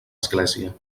església